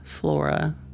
Flora